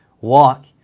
Walk